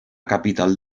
capital